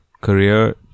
career